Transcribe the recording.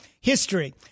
history